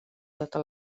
tota